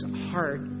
heart